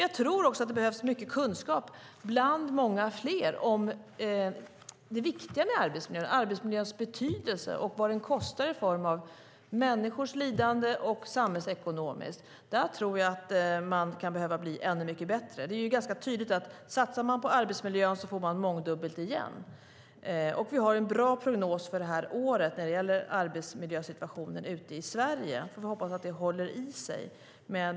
Jag tror att det också behövs mycket kunskap bland många fler om arbetsmiljöns betydelse och vad den kostar i form av människors lidande och samhällsekonomiskt. Där tror jag att man kan behöva bli ännu mycket bättre. Om man satsar på arbetsmiljön får man mångdubbelt igen. Vi har en bra prognos för det här året när det gäller arbetsmiljösituationen i Sverige. Jag hoppas att det håller i sig.